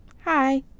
hi